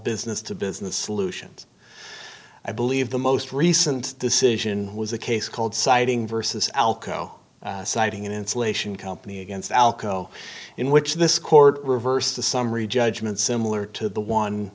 business to business solutions i believe the most recent decision was a case called citing versus alco citing an insulation company against alco in which this court reversed the summary judgment similar to the one